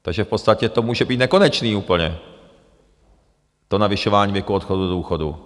Takže v podstatě to může být nekonečné úplně, to navyšování věku odchodu do důchodu.